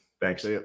Thanks